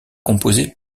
composé